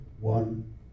one